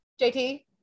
jt